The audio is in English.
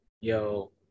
yo